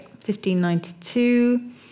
1592